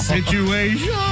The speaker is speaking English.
Situation